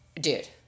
Dude